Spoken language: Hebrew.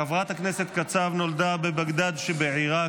חברת הכנסת קצב נולדה בבגדאד שבעיראק.